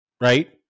right